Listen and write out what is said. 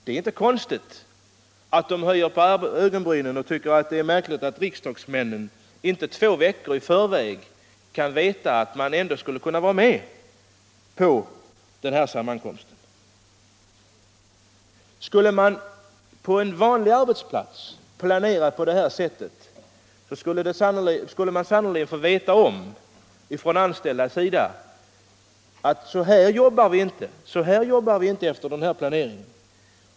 Det är inte konstigt att de höjer på ögonbrynen och tycker att det är märkligt att en riksdagsman inte två veckor i förväg kan veta att han ändå skulle kunna vara med på deras sammankomst. Om man planerade på det här sättet på en vanlig arbetsplats, skulle arbetsledningen sannerligen få veta att efter en sådan planering jobbar vi inte.